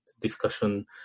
discussion